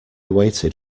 waited